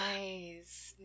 Nice